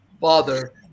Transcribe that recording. Father